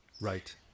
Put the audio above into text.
Right